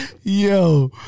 yo